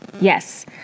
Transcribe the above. Yes